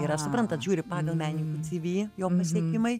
yra suprantat žiūri pagal meninko civi jo pasiekimai